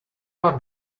are